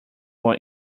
more